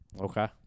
Okay